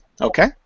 Okay